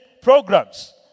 programs